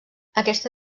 aquesta